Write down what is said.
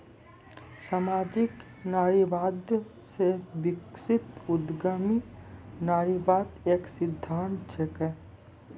सामाजिक नारीवाद से विकसित उद्यमी नारीवाद एक सिद्धांत छिकै